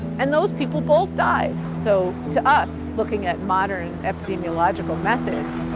and those people both died. so to us, looking at modern epidemiological methods,